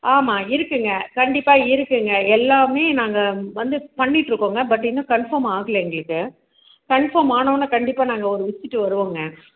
ஆமாம் இருக்குங்க கண்டிப்பாக இருக்குங்க எல்லாமே நாங்கள் வந்து பண்ணிட் இருக்கோங்க பட்டு இன்னும் கன்ஃபார்ம் ஆகலை எங்களுக்கு கன்ஃபார்ம் ஆனோனே கண்டிப்பாக நாங்கள் ஒரு விசிட் வருவோங்க